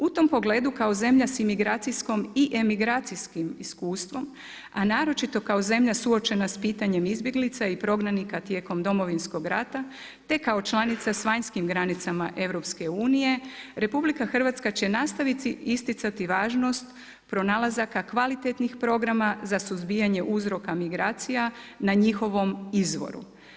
U tom pogledu kao zemlja sa imigracijskom i emigracijskim iskustvom, a naročito kao zemlja suočena s pitanjem izbjeglica i prognanika tijekom Domovinskog rata, te kao članica sa vanjskim granicama EU RH će nastaviti isticati važnost pronalazaka kvalitetnih programa za suzbijanje uzroka migracija na njihovom izvoru.